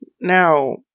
Now